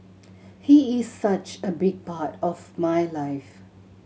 he is such a big part of my life